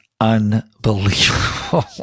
unbelievable